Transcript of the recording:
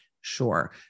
Sure